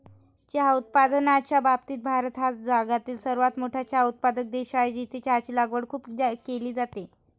चहा उत्पादनाच्या बाबतीत भारत हा जगातील सर्वात मोठा चहा उत्पादक देश आहे, जिथे चहाची लागवड खूप केली जाते